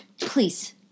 please